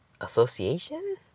Association